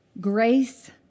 grace